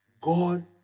God